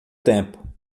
tempo